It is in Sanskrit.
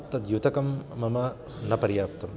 तद् युतकं मम न पर्याप्तम्